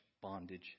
bondage